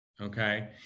Okay